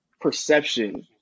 Perception